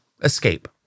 Escape